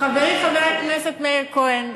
חברי חבר הכנסת מאיר כהן,